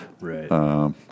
right